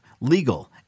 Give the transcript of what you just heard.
legal